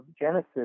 Genesis